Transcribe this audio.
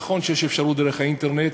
נכון שיש אפשרות דרך האינטרנט,